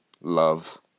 love